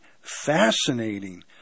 fascinating